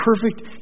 perfect